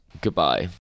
Goodbye